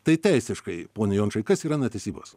tai teisiškai pone jončai kas yra netesybos